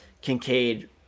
Kincaid